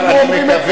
אני מקווה,